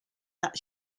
that